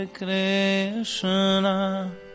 Krishna